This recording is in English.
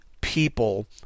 people